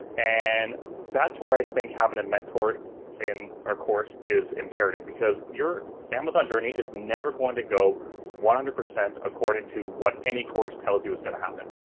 and that's where i think having a mentor in a course is imperative. because your amazon journey is never going to go one hundred percent according to what any course tells you is going to happen.